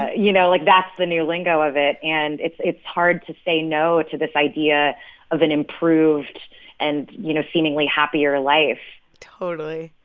ah you know? like, that's the new lingo of it. and it's it's hard to say no to this idea of an improved and, you know, seemingly happier life totally.